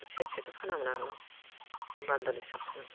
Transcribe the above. सेरसेथ' फानामोन आगोलाव बान्डोल हिसाबसोमोन